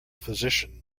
physician